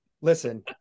Listen